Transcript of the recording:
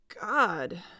God